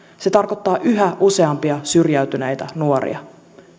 se tarkoittaa yhä useampia syrjäytyneitä nuoria